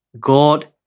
God